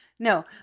No